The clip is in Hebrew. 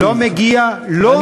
לא מגיעה, לא